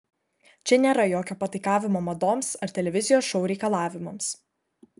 čia nėra jokio pataikavimo madoms ar televizijos šou reikalavimams